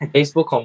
Facebook